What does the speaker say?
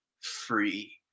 free